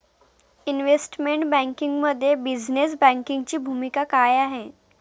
Investment बँकिंगमध्ये business बँकिंगची भूमिका काय आहे?